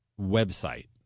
website